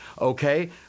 Okay